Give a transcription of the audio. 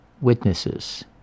witnesses